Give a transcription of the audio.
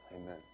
amen